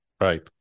Right